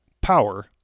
power